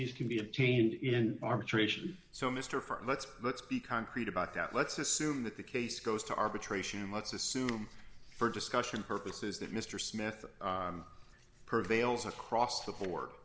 these can be obtained in arbitration so mr for let's let's be concrete about that let's assume that the case goes to arbitration and let's assume for discussion purposes that mr smith prevails across the